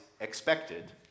expected